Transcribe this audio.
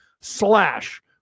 slash